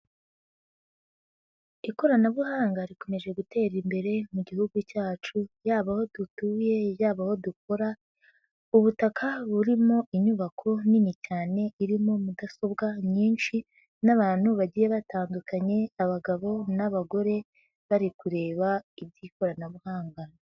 Ikoranabuhanga rikomeje gutera imbere mu Gihugu cyacu, yaba aho dutuye, yaba aho dukora, ubutaka burimo inyubako nini cyane irimo mudasobwa nyinshi n'abantu bagiye batandukanye abagabo n'abagore bari kureba iby'ikoranabuhanga.